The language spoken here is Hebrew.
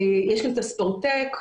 יש את הספורטק,